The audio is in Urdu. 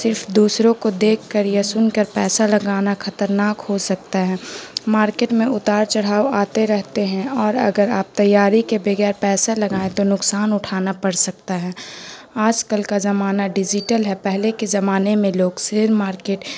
صرف دوسروں کو دیکھ کر یا سن کر پیسہ لگانا خطرناک ہو سکتا ہے مارکیٹ میں اتار چڑھاؤ آتے رہتے ہیں اور اگر آپ تیاری کے بغیر پیسہ لگائیں تو نقصان اٹھانا پڑ سکتا ہے آج کل کا زمانہ ڈیجیٹل ہے پہلے کے زمانے میں لوگ شیئر مارکیٹ